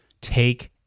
take